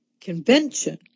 Convention